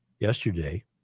yesterday